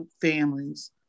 families